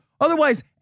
Otherwise